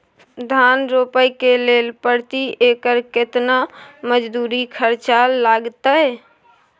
धान रोपय के लेल प्रति एकर केतना मजदूरी खर्चा लागतेय?